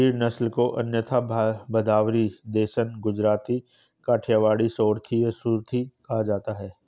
गिर नस्ल को अन्यथा भदावरी, देसन, गुजराती, काठियावाड़ी, सोरथी और सुरती कहा जाता है